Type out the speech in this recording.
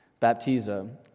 baptizo